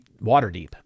Waterdeep